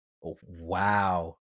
wow